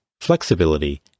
flexibility